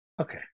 Okay